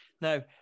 now